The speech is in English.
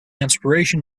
inspiration